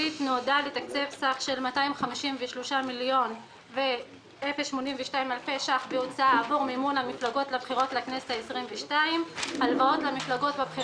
הולכות להתייקר בעוד 63 מיליון שקלים בגלל השינויים שנעשו בעת התפזרות